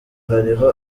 hariho